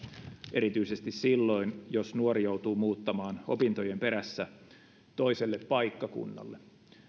erityisesti silloin jos nuori joutuu muuttamaan opintojen perässä toiselle paikkakunnalle